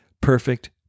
perfect